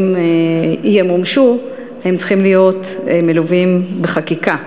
ימומשו הם צריכים להיות מלווים בחקיקה.